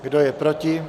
Kdo je proti?